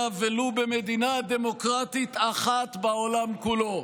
ולו במדינה דמוקרטית אחת בעולם כולו.